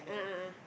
a'ah a'ah